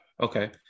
okay